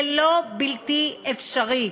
זה לא בלתי אפשרי,